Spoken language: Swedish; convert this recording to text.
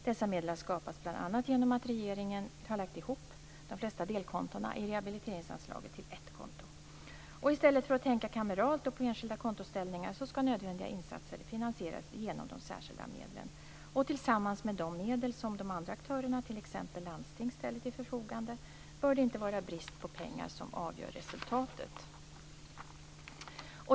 Dessa medel har skapats bl.a. genom att regeringen har lagt ihop de flesta delkontona i rehabiliteringsanslaget till ett konto. I stället för att tänka kameralt och på enskilda kontoställningar skall nödvändiga insatser finansieras genom de särskilda medlen. Tillsammans med de medel som de andra aktörerna, t.ex. landsting, ställer till förfogande bör det inte vara brist på pengar som avgör resultatet.